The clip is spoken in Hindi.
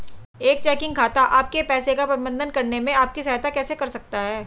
एक चेकिंग खाता आपके पैसे का प्रबंधन करने में आपकी सहायता कैसे कर सकता है?